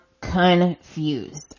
confused